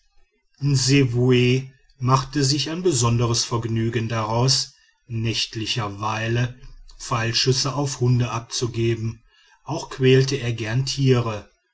machte sich ein besonderes vergnügen daraus nächtlicherweile pfeilschüsse auf hunde abzugeben auch quälte er gern tiere